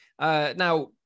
Now